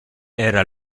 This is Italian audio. era